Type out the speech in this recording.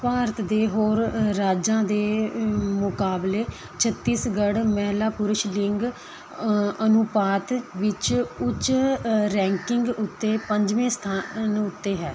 ਭਾਰਤ ਦੇ ਹੋਰ ਰਾਜਾਂ ਦੇ ਮੁਕਾਬਲੇ ਛੱਤੀਸਗੜ੍ਹ ਮਹਿਲਾ ਪੁਰਸ਼ ਲਿੰਗ ਅਨੁਪਾਤ ਵਿੱਚ ਉੱਚ ਰੈਂਕਿੰਗ ਉੱਤੇ ਪੰਜਵੇਂ ਸਥਾਨ ਉੱਤੇ ਹੈ